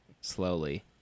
slowly